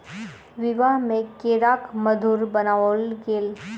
विवाह में केराक मधुर बनाओल गेल